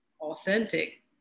authentic